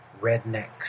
Rednecks